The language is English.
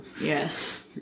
Yes